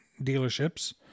dealerships